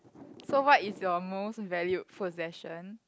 so what is your most valued possession